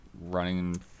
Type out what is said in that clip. running